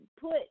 put